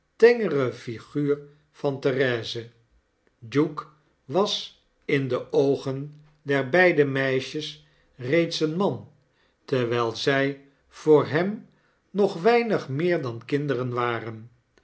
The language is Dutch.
tengere figuur van therese duke was in de oogen der beide meisjes reeds een man terwijl zij voor hem nog weinig meer dan kinderen waren